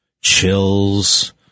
chills